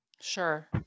Sure